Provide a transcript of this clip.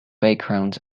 background